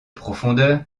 profondeur